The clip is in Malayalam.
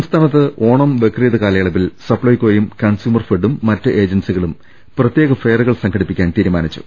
സംസ്ഥാനത്ത് ഓണം ബ്രക്രീദ് കാലയളവിൽ സപ്ലൈ കോയും കൺസ്യൂമർ ഫെഡും മറ്റ് ഏജൻസികളും പ്രത്യേക ഫെയറുകൾ സംഘടിപ്പിക്കാൻ തീരുമാനിച്ചു